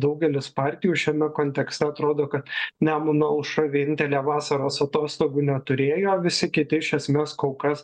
daugelis partijų šiame kontekste atrodo kad nemuno aušra vienintelė vasaros atostogų neturėjo visi kiti iš esmės kol kas